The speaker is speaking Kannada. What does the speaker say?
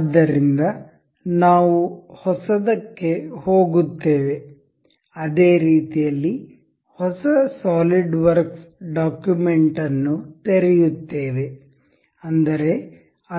ಆದ್ದರಿಂದ ನಾವು ಹೊಸದಕ್ಕೆ ಹೋಗುತ್ತೇವೆ ಅದೇ ರೀತಿಯಲ್ಲಿ ಹೊಸ ಸಾಲಿಡ್ ವರ್ಕ್ಸ್ ಡಾಕ್ಯುಮೆಂಟ್ ಅನ್ನು ತೆರೆಯುತ್ತೇವೆ ಅಂದರೆ